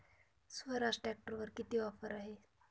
स्वराज ट्रॅक्टरवर किती ऑफर आहे?